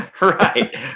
Right